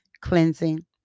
cleansing